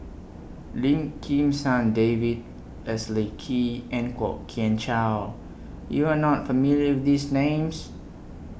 Lim Kim San David Leslie Kee and Kwok Kian Chow YOU Are not familiar with These Names